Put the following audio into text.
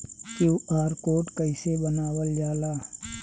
QR code कइसे बनवाल जाला?